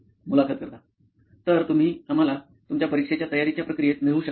मुलाखत कर्ता तर तुम्ही आम्हाला तुमच्या परीक्षेच्या तयारीच्या प्रक्रियेत नेऊ शकता का